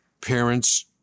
parents